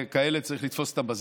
כאלה, צריך לתפוס אותם בזמן.